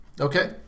Okay